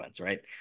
right